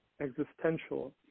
existential